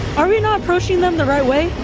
are we not approaching them the right way?